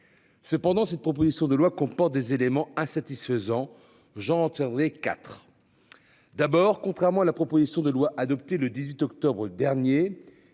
Cependant, cette proposition de loi comporte des éléments à satisfaisant. J'en tiens avez IV. D'abord, contrairement à la proposition de loi adoptée le 18 octobre dernier